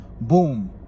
Boom